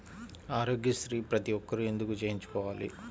ఆరోగ్యశ్రీ ప్రతి ఒక్కరూ ఎందుకు చేయించుకోవాలి?